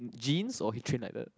genes or he train like that